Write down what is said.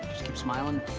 smilin'